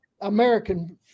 American